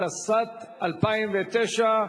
התשס"ט 2009,